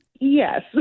Yes